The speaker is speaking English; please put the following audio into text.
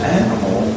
animal